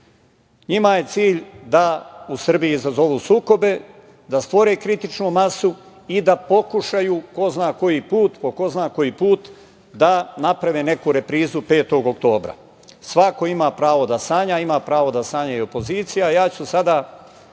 Njima je cilj da u Srbiji izazovu sukobe, da stvore kritičnu masu i da pokušaju po ko zna koji put da naprave neku reprizu 5. oktobra. Svako ima pravo da sanja. Ima pravo i opozicija